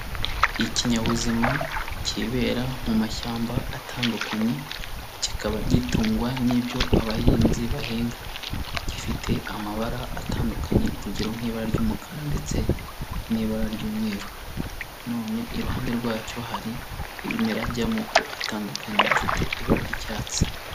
Ikinyabuzima kibera mu mashyamba atandukanye, kikaba gitungwa n'ibyo abahinzi bahinga. Gifite amabara atandukanye urugero nk'ibara ry'umukara ndetse n'ibara ry'umweru na none iruhande rwacyo hari ibimera by'amoko atandukanye bifite ibara ry'icyatsi.